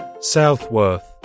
southworth